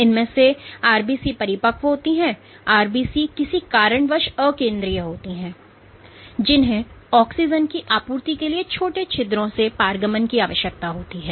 इनमें से आरबीसी परिपक्व होती हैं आरबीसी किसी कारणवश अ केंद्रीय होती है जिन्हें ऑक्सीजन की आपूर्ति के लिए छोटे छिद्रों से पारगमन की आवश्यकता होती है